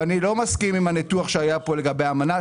ואני לא מסכים עם הניתוח שהיה פה לגבי האמנה,